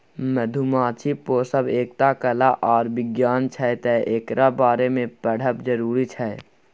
मधुमाछी पोसब एकटा कला आर बिज्ञान छै तैं एकरा बारे मे पढ़ब जरुरी छै